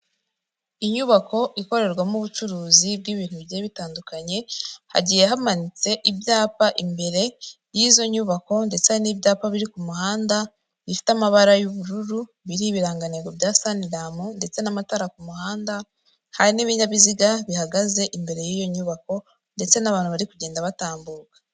Inyubako ikorerwamo ubucuruzi bw'ibintu bigiye bitandukanye, hagiye hamanitse ibyapa imbere y'izo nyubako ndetse hari n'ibyapa biri ku muhanda, bifite amabara y'ubururu, biriho ibiranganigo bya Sanram ndetse n'amatara ku muhanda, hari n'ibinyabiziga bihagaze imbere y'iyo nyubako ndetse n'abantu bari kugenda batambuka.